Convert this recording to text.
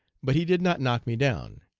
but he did not knock me down.